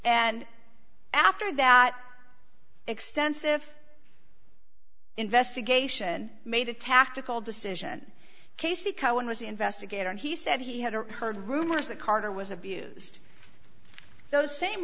and after that extensive investigation made a tactical decision casey cohen was the investigator and he said he had heard rumors that carter was abused those same